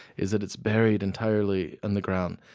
is that it's buried entirely underground.